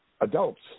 Adults